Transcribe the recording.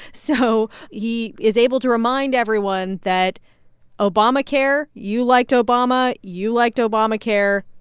so he is able to remind everyone that obamacare, you liked obama, you liked obamacare,